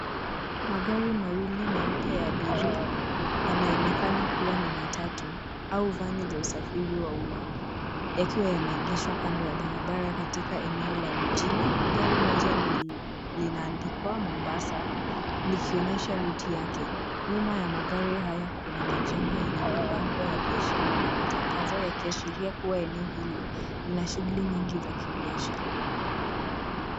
Magari mawili meupe ya abiria yanayoonekana kuwa ni matatu au vani za usafiri wa umma yakiwa yameegeshwa kando ya barabara katika eneo la mjini. Gari moja linaandikwa Mombasa likionyesha ruti yake. Nyuma ya magari haya kuna majengo yenye mabango ya biashara na matangazo ya kiashiria kuwa eneo hili lina shughuli nyingi za kibiashara.